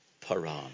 Paran